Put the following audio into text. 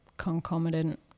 concomitant